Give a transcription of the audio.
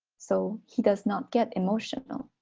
so, he does not get emotional.